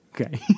okay